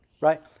Right